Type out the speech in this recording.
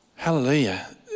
Hallelujah